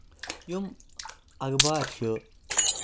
یِم اَخبار چھِ